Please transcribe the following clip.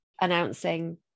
announcing